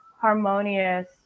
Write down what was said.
harmonious